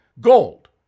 gold